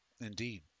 Indeed